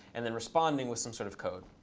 and then responding with some sort of code.